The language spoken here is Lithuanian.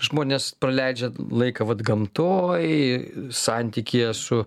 žmonės praleidžia laiką vat gamtoj santykyje su